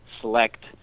select